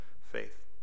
faith